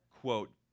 quote